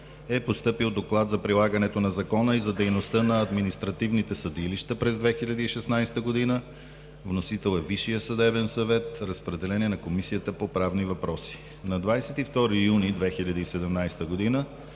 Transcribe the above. е постъпил Доклад за прилагането на Закона и за дейността на административните съдилища през 2016 г. Вносител е Висшият съдебен съвет. Разпределен е на Комисията по правни въпроси. На 22 юни 2017 г.